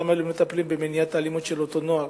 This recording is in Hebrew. למה הם לא מטפלים במניעת האלימות של אותו נוער.